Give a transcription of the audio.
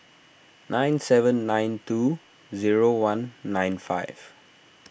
nine seven nine two zero one nine five